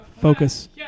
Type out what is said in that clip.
Focus